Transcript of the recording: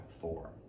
four